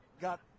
got